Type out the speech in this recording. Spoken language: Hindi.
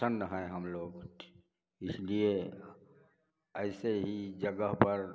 प्रसन्न हैं हम लोग इसलिए ऐसे ही जगह पर